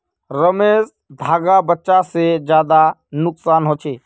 रेसमर धागा बच्चा से ज्यादा नाजुक हो छे